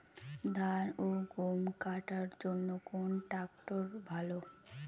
ধান ও গম কাটার জন্য কোন ট্র্যাক্টর ভালো?